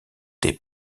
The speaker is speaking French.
des